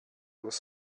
was